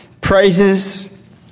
praises